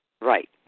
Right